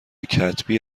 کتبی